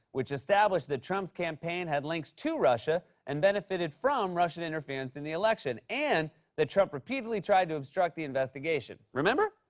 which established that trump's campaign had links to russia and benefited from russian interference in the election and that trump repeatedly tried to obstruct the investigation. remember?